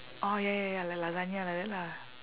orh ya ya ya like lasagna like that lah